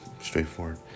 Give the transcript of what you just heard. straightforward